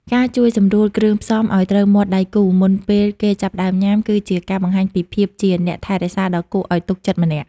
ការជួយសម្រួលគ្រឿងផ្សំឱ្យត្រូវមាត់ដៃគូ មុនពេលគេចាប់ផ្តើមញ៉ាំ គឺជាការបង្ហាញពីភាពជាអ្នកថែរក្សាដ៏គួរឱ្យទុកចិត្តម្នាក់។